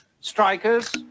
strikers